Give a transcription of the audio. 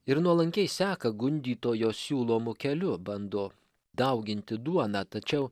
ir nuolankiai seka gundytojos siūlomu keliu bando dauginti duoną tačiau